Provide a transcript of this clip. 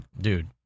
Dude